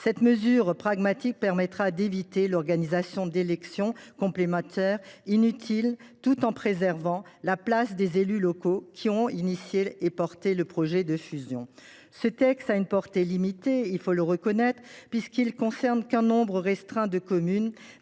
Cette mesure pragmatique permettra d’éviter l’organisation d’élections complémentaires inutiles, tout en préservant la place des élus locaux qui ont pris l’initiative du projet de fusion. Ce texte a une portée limitée – il faut le reconnaître –, puisqu’il ne concerne qu’un nombre restreint de